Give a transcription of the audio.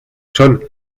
son